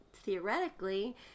theoretically